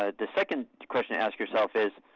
ah the second question to ask yourself is,